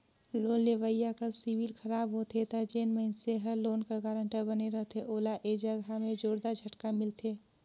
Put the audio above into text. loan लेवइया कर CIBIL खराब होथे ता जेन मइनसे हर लोन कर गारंटर बने रहथे ओला ए जगहा में जोरदार झटका मिलथे